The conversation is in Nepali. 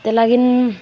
त्यो लागि